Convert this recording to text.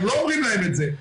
לא אומרים להם את זה,